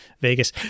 vegas